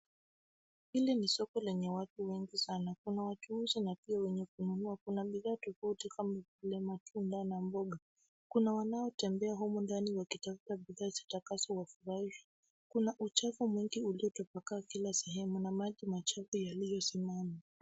Hili ni soko lenye watu wengi sana . Kuna wa kuuza na pia wenye kununua. Kuna bidhaa tofauti kama vile matunda na mboga. Kuna wanaotembea humu ndani wakitafuta bidhaa zitakazowafurahisha. Kuna uchafu mwingi uliotapakaa kila sehemu, na maji machafu yaliyosimama.